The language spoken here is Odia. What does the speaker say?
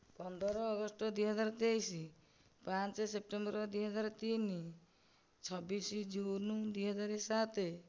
ପନ୍ଦର ଅଗଷ୍ଟ ଦୁଇହଜାର ତେଇଶ ପାଞ୍ଚ ସେପ୍ଟେମ୍ବର ଦୁଇହଜାର ତିନି ଛବିଶି ଜୁନ ଦୁଇହଜାର ସାତ